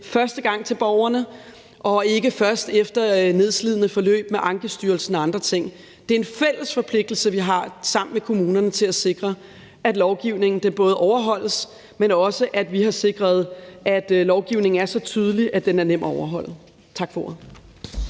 første gang til borgerne og ikke først efter nedslidende forløb med Ankestyrelsen og andre ting. Det er en fælles forpligtelse, vi har sammen med kommunerne, både at sikre, at lovgivningen overholdes, men også at vi har sikret, at lovgivningen er så tydelig, at den er nem at overholde. Tak for ordet.